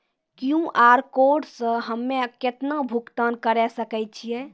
QR code से हम्मय केतना भुगतान करे सके छियै?